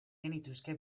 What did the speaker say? genituzke